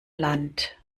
land